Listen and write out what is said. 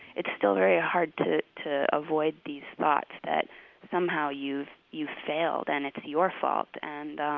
it's still very hard to to avoid these thoughts, that somehow you've you've failed and it's your fault. and